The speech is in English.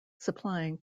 supplying